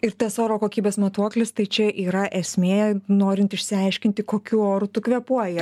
ir tas oro kokybės matuoklis tai čia yra esmė norint išsiaiškinti kokiu oru tu kvėpuoji